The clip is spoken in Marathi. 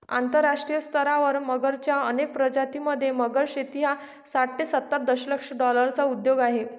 आंतरराष्ट्रीय स्तरावर मगरच्या अनेक प्रजातीं मध्ये, मगर शेती हा साठ ते सत्तर दशलक्ष डॉलर्सचा उद्योग आहे